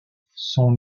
son